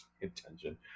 intention